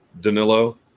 Danilo